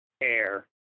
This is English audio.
air